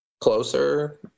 closer